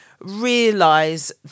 realize